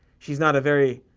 she's not a very.